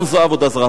גם זו עבודה זרה.